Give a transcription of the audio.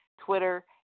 Twitter